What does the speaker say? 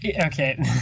Okay